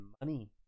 money